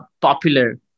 popular